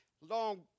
Long